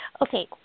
okay